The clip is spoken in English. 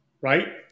right